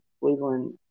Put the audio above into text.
Cleveland